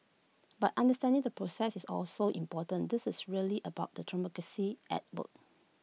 but understanding the process is also important this is really about the democracy at work